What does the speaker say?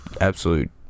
absolute